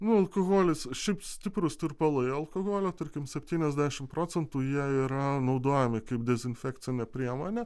nu alkoholis šiaip stiprūs tirpalai alkoholio tarkim septyniadešimt procentų jie yra naudojami kaip dezinfekcinė priemonė